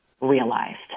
realized